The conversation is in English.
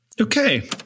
okay